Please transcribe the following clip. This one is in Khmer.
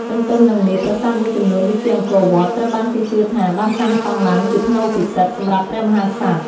ទទ្ទឹមនឹងនេះ ប្រាសាទមួយចំនួន ដូចជាអង្គរវត្ត ត្រូវបានគេជឿថាបានសាងសង់ឡើងជាផ្នូរពិសិដ្ឋ សម្រាប់ព្រះមហាក្សត្រ។